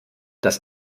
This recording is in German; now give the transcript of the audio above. das